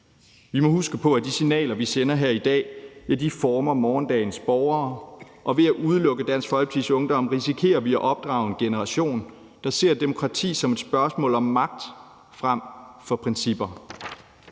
Vi må huske på, at de signaler, vi sender her i dag, former morgendagens borgere, og ved at udelukke Dansk Folkepartis Ungdom risikerer vi at opdrage en generation, der ser demokrati som et spørgsmål om magt frem for principper.